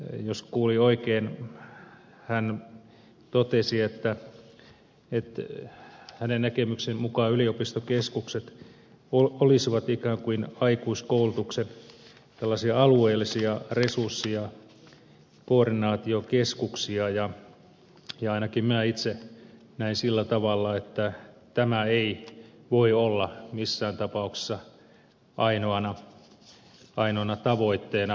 jos kuulin oikein hän totesi että hänen näkemyksensä mukaan yliopistokeskukset olisivat ikään kuin tällaisia aikuiskoulutuksen alueellisia resurssi ja koordinaatiokeskuksia ja ainakin minä itse näen sillä tavalla että tämä ei voi olla missään tapauksessa ainoana tavoitteena